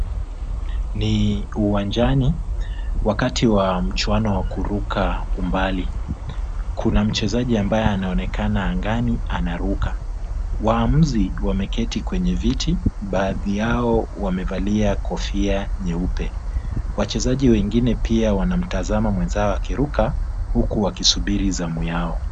Ni uwanjani, wakati wa mchuano wa kuruka umbali. Kuna mchezaji ambaye anaonekana angani anaruka. Waamuzi wameketi kwenye viti, baadhi yao, wamevalia kofia nyeupe. Wachezaji wengine pia wanamtazama mwenzao akiruka huku wakisubiri zamu yao.